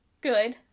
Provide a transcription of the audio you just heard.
Good